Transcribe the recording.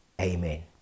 Amen